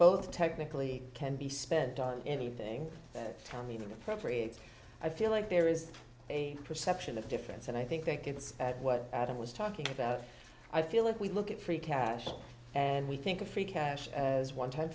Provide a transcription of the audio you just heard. both technically can be spent on anything that tell me the appropriate i feel like there is a perception of difference and i think that gets at what adam was talking about i feel if we look at free cash and we think of free cash as one t